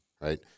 right